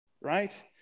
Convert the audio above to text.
right